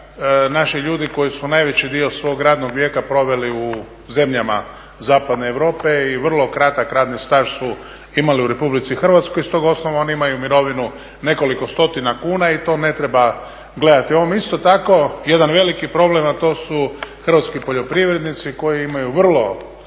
naši ljudi koji su najveći dio svog radnog vijeka proveli u zemljama zapadne Europe i vrlo kratak radni staž su imali u RH, iz tog osnova oni imaju mirovinu nekoliko stotina kuna i to ne treba gledati. Ovo vam je isto tako jedan veliki problem, a to su hrvatski poljoprivrednici koji imaju vrlo